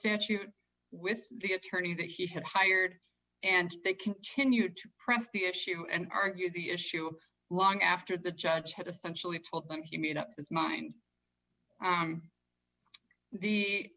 statute with the attorney that he had hired and they continued to press the issue and argue the issue long after the judge had essentially told them he made up his mind the the